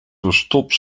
verstopt